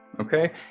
okay